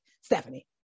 Stephanie